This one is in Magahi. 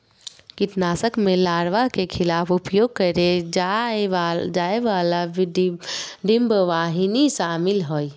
कीटनाशक में लार्वा के खिलाफ उपयोग करेय जाय वाला डिंबवाहिनी शामिल हइ